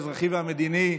האזרחי והמדיני.